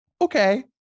okay